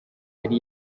yari